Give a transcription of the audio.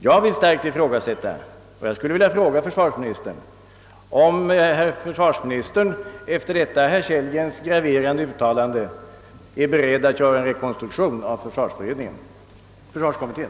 Jag vill starkt ifrågasätta att så kan bli fallet beträffande herr Kellgrens arbete i försvarskommittén i fortsättningen och skulle vilja fråga försvarsministern, om han efter detta herr Kellgrens graverande uttalande är beredd att göra en rekonstruktion av försvarskommittén.